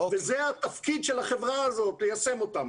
זה התפקיד של החברה הזאת, להשים אותם.